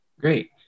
Great